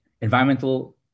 environmental